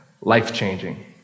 life-changing